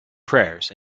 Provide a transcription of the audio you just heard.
prayers